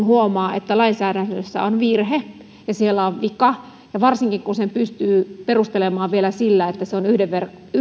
huomaa että lainsäädännössä on virhe ja siellä on vika ja varsinkin kun sen pystyy perustelemaan vielä sillä että se on yhdenvertaisuusasia